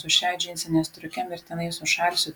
su šia džinsine striuke mirtinai sušalsi